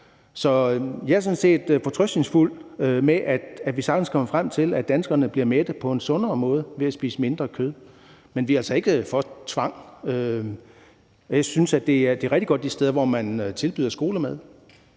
set fortrøstningsfuld, i forhold til at vi sagtens kan komme frem til, at danskerne bliver mætte på en sundere måde ved at spise mindre kød, men vi er altså ikke for tvang. Jeg synes, det er rigtig godt med de steder, hvor man tilbyder skolemad.